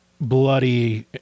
bloody